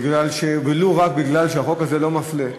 לו רק בגלל שהחוק הזה לא מפלה.